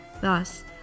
Thus